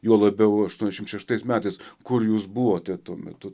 juo labiau aštuoniasdešimt šeštais metais kur jūs buvote tuo metu